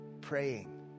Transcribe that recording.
praying